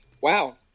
Wow